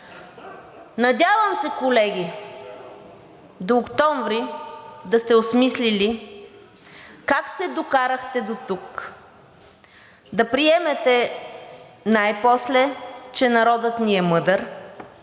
Надявам се, колеги, до октомври да сте осмислили как се докарахте дотук, да приемете най-после, че народът ни е мъдър,